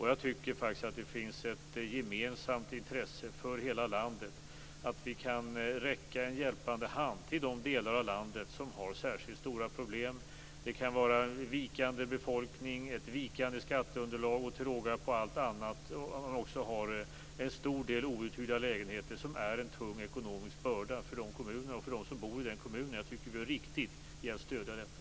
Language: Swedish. Jag tycker att det finns ett gemensamt intresse för hela landet att vi kan räcka en hjälpande hand till de delar av landet som har särskilt stora problem. Det kan vara vikande befolkning, ett vikande skatteunderlag och till råga på allt annat en stor del outhyrda lägenheter, som är en tung ekonomisk börda för dessa kommuner och för dem som bor i dessa kommuner. Jag tycker att det är riktigt att stödja dessa.